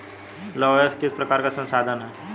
लौह अयस्क किस प्रकार का संसाधन है?